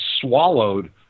swallowed